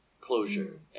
closure